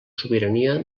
sobirania